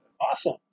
Awesome